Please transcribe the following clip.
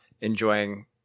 enjoying